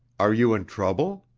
are you in trouble?